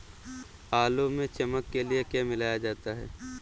आलू में चमक के लिए क्या मिलाया जाता है?